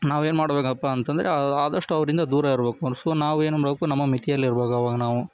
ನಾವೇನು ಮಾಡಬೇಕಪ್ಪಾ ಅಂತ ಅಂದ್ರೆ ಆದಷ್ಟು ಅವರಿಂದ ದೂರ ಇರಬೇಕು ಸೊ ನಾವು ಏನು ಮಾಡಬೇಕು ನಮ್ಮ ಮಿತಿ ಅಲ್ಲಿರಬೇಕು ಆವಾಗ ನಾವು